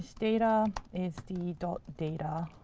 so data is d dot data,